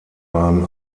waren